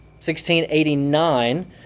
1689